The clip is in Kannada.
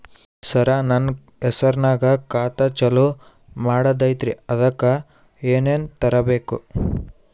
ಸರ, ನನ್ನ ಹೆಸರ್ನಾಗ ಖಾತಾ ಚಾಲು ಮಾಡದೈತ್ರೀ ಅದಕ ಏನನ ತರಬೇಕ?